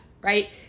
right